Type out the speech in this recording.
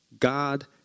God